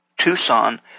Tucson